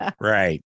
Right